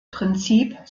prinzip